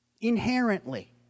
Inherently